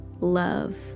love